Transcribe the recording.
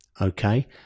Okay